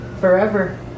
Forever